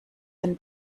den